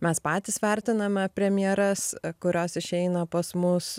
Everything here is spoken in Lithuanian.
mes patys vertiname premjeras kurios išeina pas mus